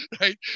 Right